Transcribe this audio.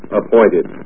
appointed